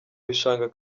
bishanga